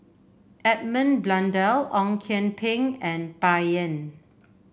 Edmund Blundell Ong Kian Peng and Bai Yan